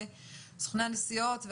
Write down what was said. סוכני הנסיעות,